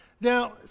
Now